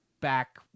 back